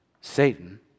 Satan